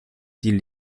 die